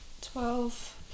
Twelve